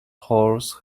horse